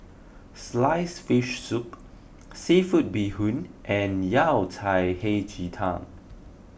Sliced Fish Soup Seafood Bee Hoon and Yao Cai Hei Ji Tang